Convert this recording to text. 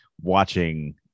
watching